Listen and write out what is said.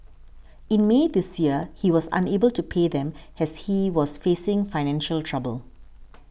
in May this year he was unable to pay them as he was facing financial trouble